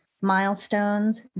milestones